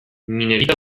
minerita